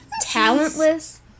Talentless